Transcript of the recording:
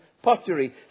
Pottery